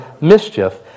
mischief